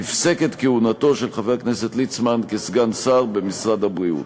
נפסקת כהונתו של חבר הכנסת ליצמן כסגן שר במשרד הבריאות.